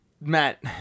Matt